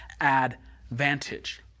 advantage